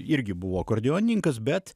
irgi buvo akordeonininkas bet